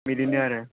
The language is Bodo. बिदिनो आरो